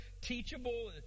teachable